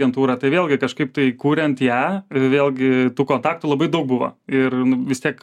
agentūra tai vėlgi kažkaip tai kuriant ją vėlgi tų kontaktų labai daug buvo ir nu vis tiek